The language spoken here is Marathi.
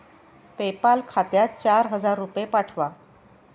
पेपाल खात्यात चार हजार रुपये पाठवा